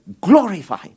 glorify